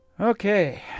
Okay